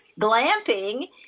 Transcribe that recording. glamping